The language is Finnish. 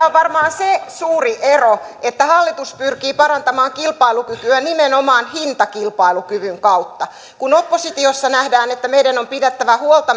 on varmaan se suuri ero että hallitus pyrkii parantamaan kilpailukykyä nimenomaan hintakilpailukyvyn kautta kun oppositiossa nähdään että meidän on pidettävä huolta